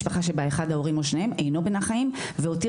משפחה שבה אחד ההורים או שניהם אינו בין החיים והותיר